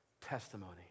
testimony